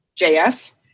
JS